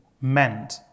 meant